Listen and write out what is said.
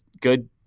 good